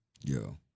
yo